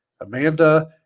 Amanda